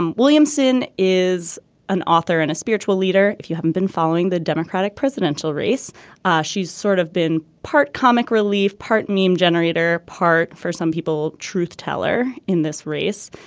um williamson is an author and a spiritual leader. if you haven't been following the democratic presidential race ah she's sort of been part comic relief part meme generator part for some people. truth teller in this race.